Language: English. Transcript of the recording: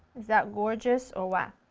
that gorgeous or what?